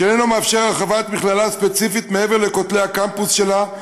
שאיננו מאפשר הרחבת מכללה ספציפית מעבר לכותלי הקמפוס שלה,